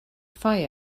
fire